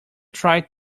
tried